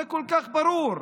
זה כל כך ברור.